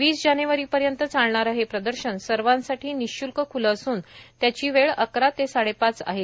वीस जानेवारीपर्यंत चालणारं हे प्रदर्शन सर्वांसाठी निःशुल्क ख्लं असून त्याची वेळ अकरा ते साडेपाच ही आहे